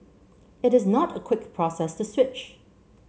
it is not a quick process to switch